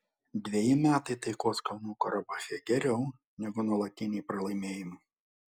dveji metai taikos kalnų karabache geriau negu nuolatiniai pralaimėjimai